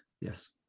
Yes